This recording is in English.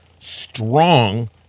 strong